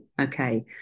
okay